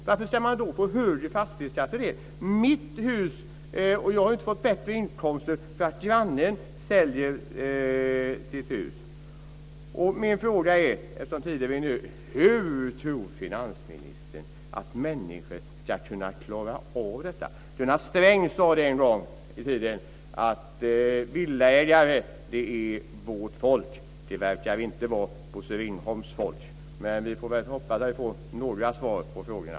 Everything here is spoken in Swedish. Varför ska man få högre fastighetsskatt för det? Jag har inte fått bättre inkomster för att grannen säljer sitt hus. Hur tror finansministern att människor ska klara av detta? Gunnar Sträng sade en gång i tiden att "villaägare är vårt folk". Det verkar inte vara Bosse Ringholms folk. Vi får väl hoppas att vi får några svar på frågorna.